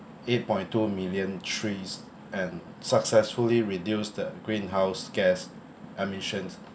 eight point two million trees and successfully reduce the greenhouse gas emission